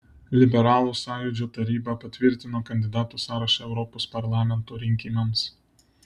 liberalų sąjūdžio taryba patvirtino kandidatų sąrašą europos parlamento rinkimams